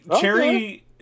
Cherry